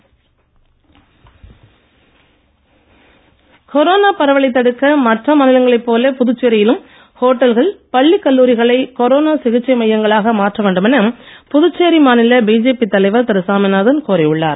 Saminathan corona பரவலைத் தடுக்க மற்ற மாநிலங்களைப் போல புதுச்சேரியிலும் ஒட்டல்கள் பள்ளி கல்லூரிகளை கொரோனா சிகிச்சை மையங்களாக மாற்ற வேண்டும் என புதுச்சேரி மாநில பிஜேபி தலைவர் திரு சாமிநாதன் கோரி உள்ளார்